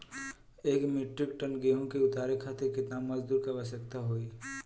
एक metric ton गेहूँ के उतारे खातीर कितना मजदूर क आवश्यकता होई?